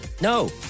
No